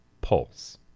Pulse